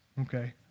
okay